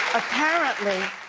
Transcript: apparently,